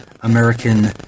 American